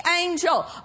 angel